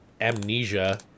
Amnesia